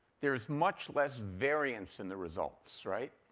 there is much less variance in the results, right?